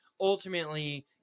ultimately